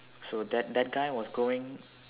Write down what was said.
so that that guy was going